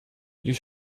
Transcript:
you